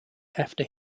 after